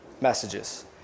messages